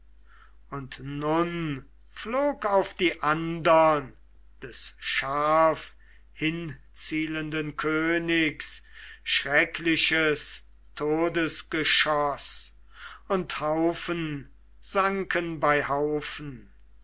und nun flog auf die andern des scharf hinzielenden königs schreckliches todesgeschoß und haufen sanken bei haufen